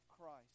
Christ